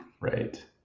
Right